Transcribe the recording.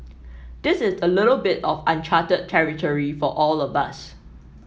this is a little bit of uncharted territory for all of us